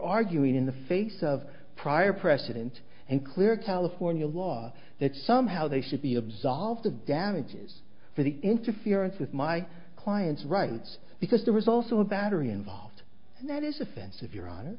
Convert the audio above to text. arguing in the face of prior precedent and clear california law that somehow they should be absolved of damages for the interference with my client's rights because there was also a battery and host and that is offensive your honor